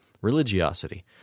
Religiosity